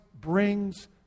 brings